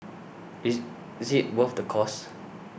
is is it worth the cost